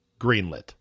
greenlit